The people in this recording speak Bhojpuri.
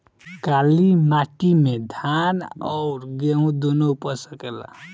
काली माटी मे धान और गेंहू दुनो उपज सकेला?